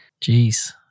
Jeez